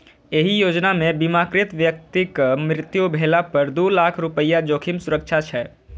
एहि योजना मे बीमाकृत व्यक्तिक मृत्यु भेला पर दू लाख रुपैया जोखिम सुरक्षा छै